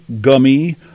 gummy